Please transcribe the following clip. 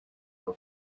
her